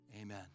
Amen